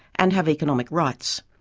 and have economic rights.